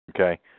Okay